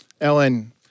Ellen